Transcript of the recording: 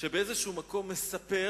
שבאיזה מקום מספר